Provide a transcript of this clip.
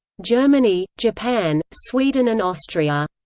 germany, japan, sweden and austria.